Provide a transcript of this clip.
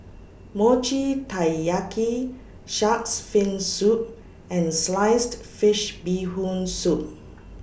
Mochi Taiyaki Shark's Fin Soup and Sliced Fish Bee Hoon Soup